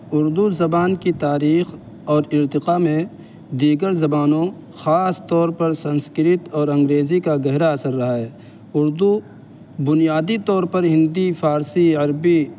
اردو زبان کی تاریخ اور ارتقا میں دیگر زبانوں خاص طور پر سنسکرت اور انگریزی کا گہرا اثر رہا ہے اردو بنیادی طور پر ہندی فارسی عربی